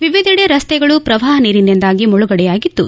ವಿವಿಧಿಡೆ ರಸ್ತೆಗಳು ಪ್ರವಾಹ ನೀರಿನಿಂದಾಗಿ ಮುಳುಗಡೆಯಾಗಿದ್ದು